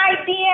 idea